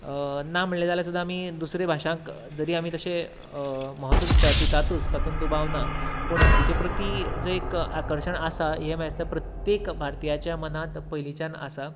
ना म्हणलें जाल्यार सुद्दां आमी दुसरे भाशांक जरी आमी तशे महत्व दितातूत तातूंत दुबाव ना पूण हिंदीच्या प्रती जो एक आकर्शण आसा हें म्हाका दिसता प्रत्येक भारतीयाच्या मनांत पयलींच्यान आसा